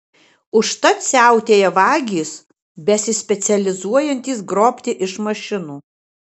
užtat siautėja vagys besispecializuojantys grobti iš mašinų